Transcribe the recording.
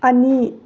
ꯑꯅꯤ